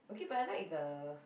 okay but I like the